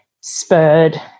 spurred